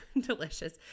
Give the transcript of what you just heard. Delicious